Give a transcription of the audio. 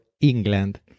england